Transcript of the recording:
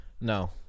No